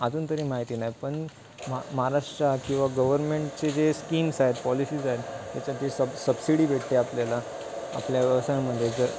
अजून तरी माहिती नाही पण महा महाराष्ट्रात किंवा गव्हर्मेंटचे जे स्कीम्स आहेत पॉलिसीज आहेत त्याच्यात जे सब सबसिडी भेटते आपल्याला आपल्या व्यवसायामध्ये जर